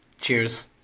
Cheers